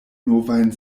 novajn